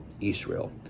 Israel